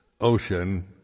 ocean